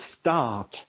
start